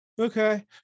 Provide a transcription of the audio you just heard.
okay